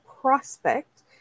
prospect